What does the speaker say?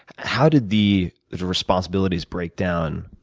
how did the responsibilities break down